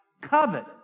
covet